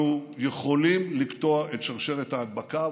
אנחנו יכולים לקטוע את שרשרת ההדבקה,